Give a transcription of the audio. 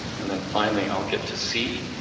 and then finally, i'll get to c,